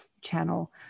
channel